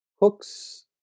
Hooks